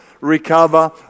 recover